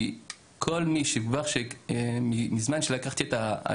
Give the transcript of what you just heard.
כי מזמן שלקחתי את ההכשר,